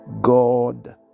God